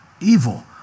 evil